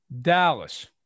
Dallas